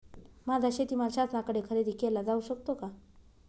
माझा शेतीमाल शासनाकडे खरेदी केला जाऊ शकतो का?